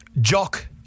Jock